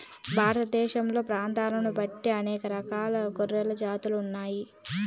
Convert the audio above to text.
భారతదేశంలో ప్రాంతాలను బట్టి అనేక రకాల గొర్రెల జాతులు ఉన్నాయి